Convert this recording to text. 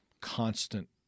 constant